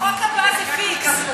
החוק הבא זה פיקס.